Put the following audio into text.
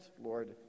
Lord